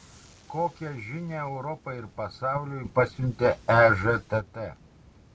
kokią žinią europai ir pasauliui pasiuntė ežtt